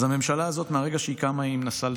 אז הממשלה הזאת, מהרגע שהיא קמה היא מנסה,